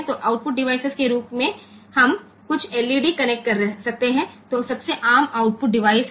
तो आउटपुट डिवाइसके रुप हम कुछ एलईडी कनेक्ट कर सकते हैं जो सबसे आम आउटपुट डिवाइस है